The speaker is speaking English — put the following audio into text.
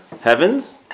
heavens